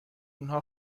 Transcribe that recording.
آنها